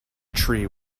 tree